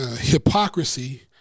hypocrisy